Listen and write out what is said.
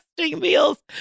meals